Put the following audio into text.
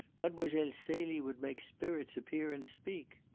mademoiselle celie would make spirits appear and speak!